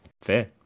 Fair